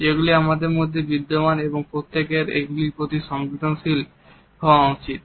যেগুলি আমাদের মধ্যে বিদ্যমান এবং প্রত্যেকের এগুলির প্রতি সংবেদনশীল হওয়া উচিত